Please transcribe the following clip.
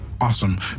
Awesome